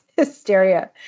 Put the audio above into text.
Hysteria